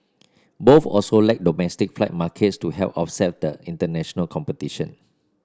both also lack domestic flight markets to help offset the international competition